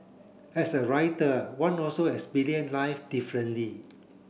as a writer one also life differently